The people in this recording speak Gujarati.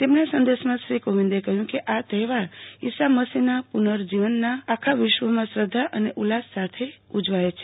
તેમના સંદેશમાં શ્રી કોવિંદે કહ્યું કે આ તહેવાર ઇસા મસીહના પૂ ર્નજીવનના ઉપલક્ષ્યમાં આખા વિશ્વમાં શ્રધ્ધા અને ઉલ્લાસ સાથે ઉજવાય છે